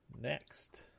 next